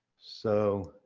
so,